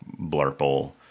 blurple